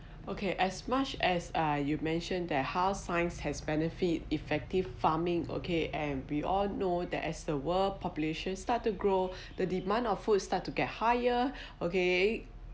okay as much as uh you mentioned that how science has benefited effective farming okay and we all know that as the world population start to grow the demand of food start to get higher okay